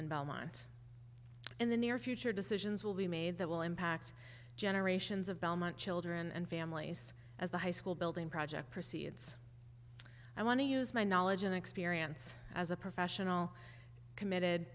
in belmont in the near future decisions will be made that will impact generations of belmont children and families as the high school building project proceeds i want to use my knowledge and experience as a professional committed